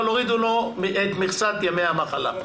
אבל הורידו לו את מכסת ימי המחלה.